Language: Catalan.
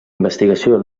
investigació